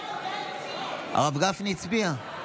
הרב גפני הצביע.